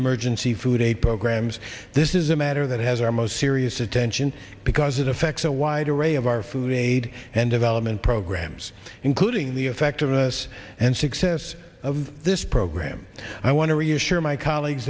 emergency food aid programs this is a matter that has our most serious attention because it affects a wide array of our food aid and development programs including the effectiveness and success of this program i want to reassure my colleagues